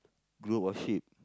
group of sheep